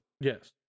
Yes